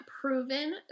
proven